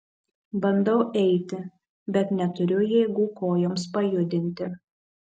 bandau eiti bet neturiu jėgų kojoms pajudinti